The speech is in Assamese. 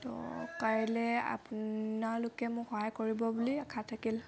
তো কাইলৈ আপোনালোকে মোক সহায় কৰিব বুলি আশা থাকিল